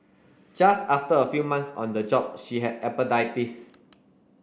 just after a few months on the job she had appendicitis